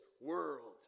world